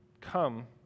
come